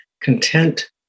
content